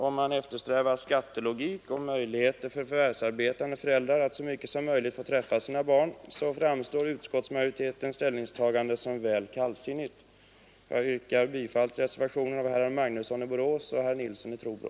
Om man eftersträvar skattelogik och möjligheter för förvärvsarbetande föräldrar att träffa sina barn så mycket som möjligt, framstår utskottsmajoritetens ställningstagande som väl kallsinnigt. Jag yrkar bifall till reservationen av herrar Magnusson i Borås och Nilsson i Trobro.